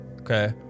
okay